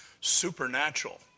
supernatural